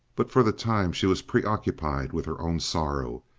but for the time she was preoccupied with her own sorrow,